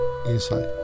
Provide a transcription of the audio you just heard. inside